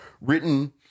written